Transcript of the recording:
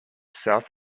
south